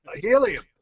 helium